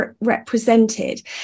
represented